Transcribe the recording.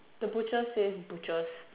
the butcher says butchers